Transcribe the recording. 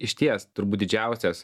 išties turbūt didžiausias